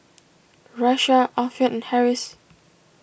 Raisya Alfian and Harris